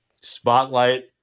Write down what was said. spotlight